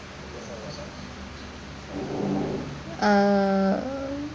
err